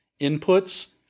inputs